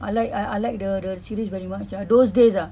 I like uh I like the the series very much ah those days ah